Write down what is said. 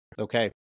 Okay